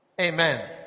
Amen